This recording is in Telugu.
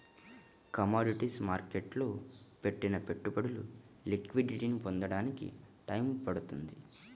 కమోడిటీస్ మార్కెట్టులో పెట్టిన పెట్టుబడులు లిక్విడిటీని పొందడానికి టైయ్యం పడుతుంది